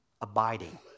abiding